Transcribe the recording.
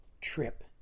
trip